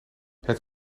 het